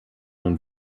nun